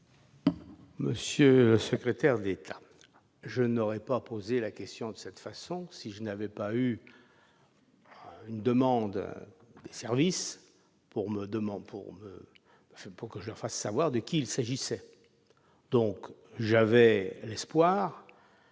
Monsieur le secrétaire d'État, je n'aurais pas posé la question de cette façon si je n'avais pas fait l'objet d'une demande des services, pour que je fasse savoir de qui il s'agissait. J'avais donc l'espoir